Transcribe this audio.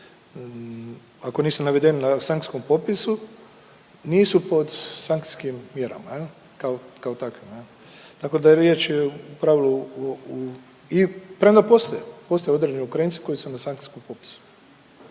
ako nisu navedeni na sankcijskom popisu nisu pod sankcijskim mjerama jel' kao takvi. Tako da riječ je u pravilu i premda postoje, postoje određeni Ukrajinci koji su na sankcijskom popisu.